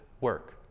work